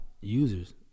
users